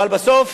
אבל בסוף